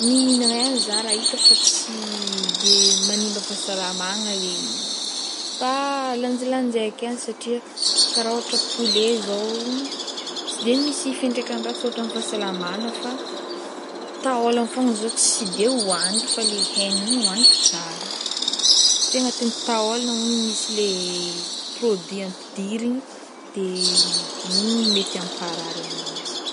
Mihignana ihany za raha hita fa tsy de manimba fahasalamagna le izy fa lanjalanjaiko ihany satria karaha ôhatra poulet zao o tsy de misy fiantraikany ratsy ôhatran'ny fahasalamana fa taôlany fogna zao tsy de hoagniko fa le hegnany igny hoagniko tsara satria agnatin'ny taôlany hono misy le produit ampidirigny de igny mety amparary aminanjy.